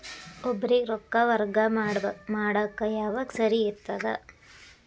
ಒಬ್ಬರಿಗ ರೊಕ್ಕ ವರ್ಗಾ ಮಾಡಾಕ್ ಯಾವಾಗ ಸರಿ ಇರ್ತದ್?